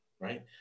right